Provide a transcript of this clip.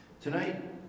Tonight